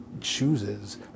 chooses